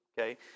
Okay